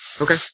Okay